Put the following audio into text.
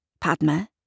Padma